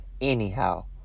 Anyhow